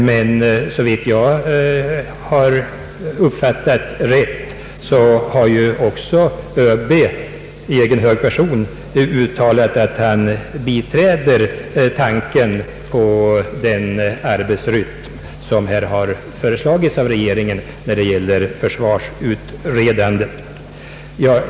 Men om jag uppfattat det hela rätt har också ÖB i egen hög person uttalat att han biträder tanken på den arbetsrytm som föreslagits av regeringen när det gäller försvarsutredande.